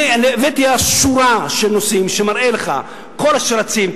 הבאתי שורה של נושאים שמראים לך שכל השרצים,